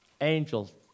angels